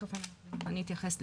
תיכף אני אתייחס לזה.